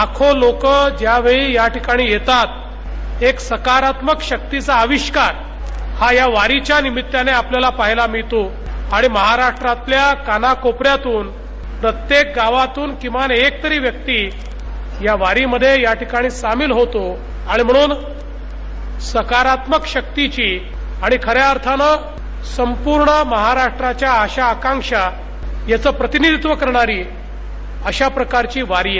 लाखो लोक ज्यावेळी याठिकाणी येतात एक सकारात्मक शक्तीचा अविष्कार हा या वारीच्या निमित्तान आपल्याला पहायला मिळतो आणि महाराष्ट्रातल्या कानाकोपऱ्यातून प्रत्येक गावातून एक तरी व्यक्ती या वारीमध्ये याठिकाणी सामिल होतो आणि म्हणून सकारात्मक शक्तीची अणि खन्या अर्थानं संपूर्ण महाराष्ट्राच्या आशा आकांक्षा याचं प्रतिनिधित्व करणारी अशा प्रकारची वारी आहे